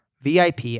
VIP